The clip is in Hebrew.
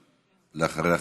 ואחריה,